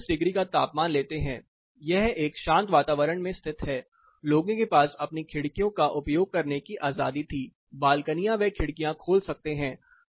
31 degree का तापमान लेते है यह एक शांत वातावरण में स्थित है लोगों के पास अपनी खिड़कियों का उपयोग करने की आजादी थी बालकनियां व खिड़कियां खोल सकते हैं